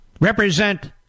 Represent